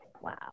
Wow